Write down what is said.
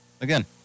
again